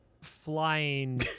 flying